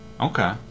Okay